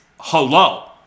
Hello